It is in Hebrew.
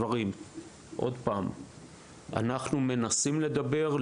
אנחנו מנסים לדבר.